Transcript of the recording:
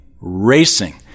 racing